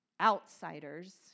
outsiders